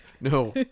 No